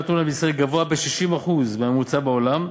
הטונה בישראל גבוה ב-60% מהממוצע בעולם.